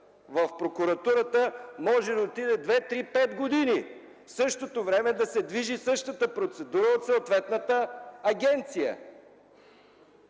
в прокуратурата може да отиде две, три, пет години. В същото време да се движи същата процедура от съответната агенция.